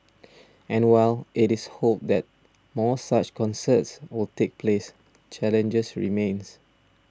and while it is hoped that more such concerts will take place challenges remain